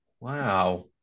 Wow